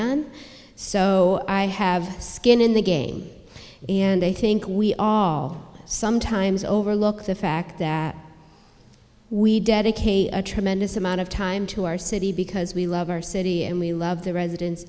on so i have skin in the game and i think we all sometimes overlook the fact that we dedicate a tremendous amount of time to our city because we love our city and we love the residents